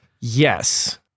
Yes